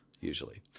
usually